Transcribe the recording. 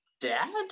dad